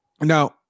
Now